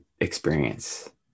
experience